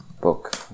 book